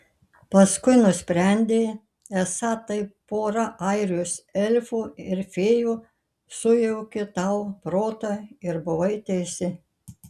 paskui nusprendei esą tai pora airijos elfų ar fėjų sujaukė tau protą ir buvai teisi